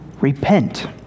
repent